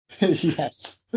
Yes